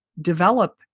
develop